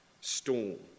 storm